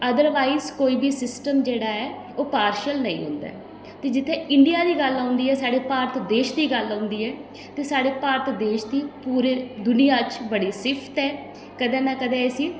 otherwise कोई बी system जेह्ड़ा ऐ ओह् पार्शिअल नेईं होंदा ऐ ते जित्थै इंडिया दी गल्ल औंदी ऐ साढ़े भारत देश दी गल्ल औंदी ऐ ते साढ़े भारत देश दी पूरे दुनिया च बड़ी सिफ्त ऐ कदें ना कदें इस्सी